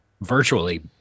virtually